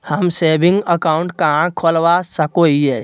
हम saving account कहाँ खोलवा सको हियै?